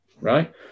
right